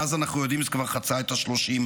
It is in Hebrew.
מאז אנחנו יודעים שזה כבר חצה את ה-31,000,